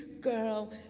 girl